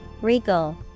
Regal